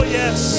yes